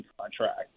contract